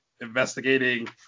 investigating